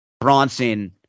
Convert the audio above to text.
Bronson